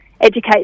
educate